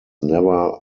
never